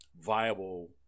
viable